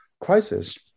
crisis